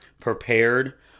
prepared